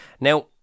Now